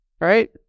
Right